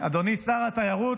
אדוני שר התיירות,